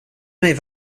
mig